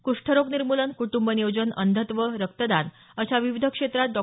कृष्ठरोग निर्मुलन कुटुंब नियोजन अंधत्व रक्तदान अशा विविध क्षेत्रात डॉ